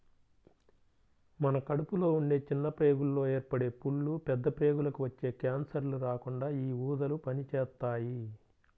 మన కడుపులో ఉండే చిన్న ప్రేగుల్లో ఏర్పడే పుళ్ళు, పెద్ద ప్రేగులకి వచ్చే కాన్సర్లు రాకుండా యీ ఊదలు పనిజేత్తాయి